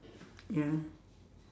ya